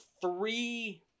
three